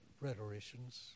rhetoricians